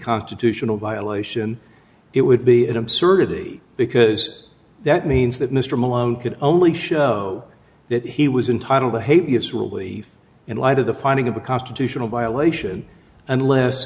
constitutional violation it would be an absurdity because that means that mr malone could only show that he was entitle behaves will be in light of the finding of a constitutional violation unless